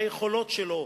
והיכולות שלו,